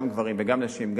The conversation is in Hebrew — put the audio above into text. גם גברים וגם נשים,